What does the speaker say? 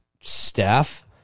staff